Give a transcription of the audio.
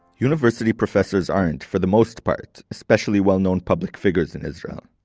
university professors aren't for the most part especially well-known public figures in israel.